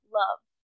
love